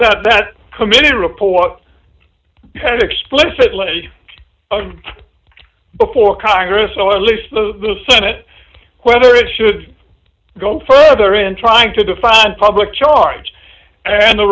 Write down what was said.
that that committee report had explicit lay before congress or least the senate whether it should go further in trying to define public charge and the